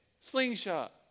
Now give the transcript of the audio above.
slingshot